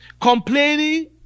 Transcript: Complaining